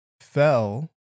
fell